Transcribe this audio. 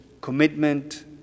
commitment